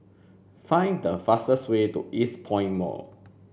find the fastest way to Eastpoint Mall